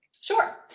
Sure